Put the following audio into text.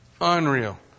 Unreal